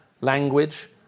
language